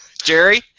Jerry